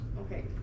okay